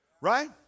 Right